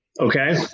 Okay